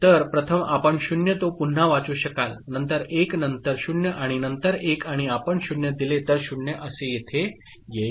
तर प्रथम आपण 0 तोपुन्हावाचू शकाल नंतर 1 नंतर 0 आणि नंतर 1 आणि आपण 0 दिले तर 0 असे येथे येईल